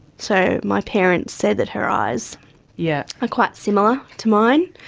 so my parents said that her eyes yeah are quite similar to mine,